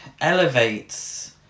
elevates